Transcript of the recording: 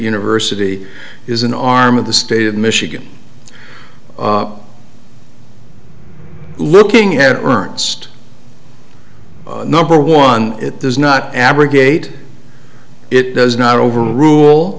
university is an arm of the state of michigan looking at ernst number one it does not abrogate it does not overrule